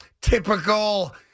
typical